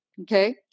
okay